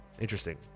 Interesting